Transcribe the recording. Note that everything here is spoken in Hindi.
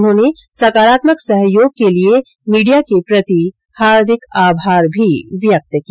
उन्होंने सकारात्मक सहयोग के लिए मीडिया के प्रति भी हार्दिक आभार व्यक्त किया